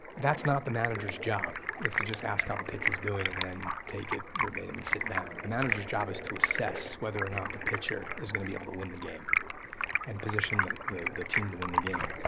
that's not the manager's job, is to just ask how ah the pitcher's doing and then take it verbatim and sit down. the manager's job is to assess whether or not the pitcher is gonna be able to win the game and position the the team to win the game.